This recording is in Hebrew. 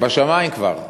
שבשמים כבר,